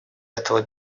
этого